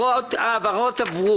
מי הגופים,